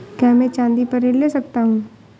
क्या मैं चाँदी पर ऋण ले सकता हूँ?